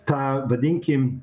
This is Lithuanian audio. tą vadinkim